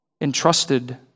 entrusted